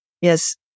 yes